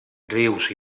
rius